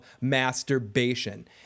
masturbation